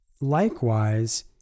likewise